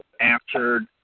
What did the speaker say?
answered